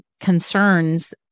concerns